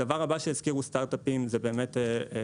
הדבר הבא שהזכירו סטארט-אפים זה בעיית הסחורות.